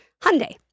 Hyundai